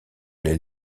les